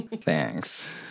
Thanks